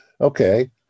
Okay